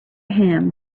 him